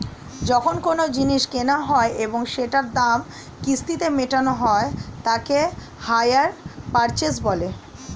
যখন কোনো জিনিস কেনা হয় এবং সেটার দাম কিস্তিতে মেটানো হয় তাকে হাইয়ার পারচেস বলে